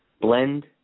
blend